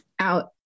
Out